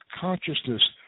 consciousness